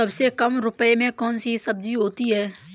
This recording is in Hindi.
सबसे कम रुपये में कौन सी सब्जी होती है?